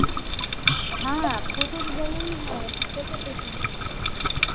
हाँ फ़ोटो तो ज़रूरी है फ़ोटो कैसे नहीं लेंगे